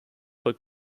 but